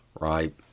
right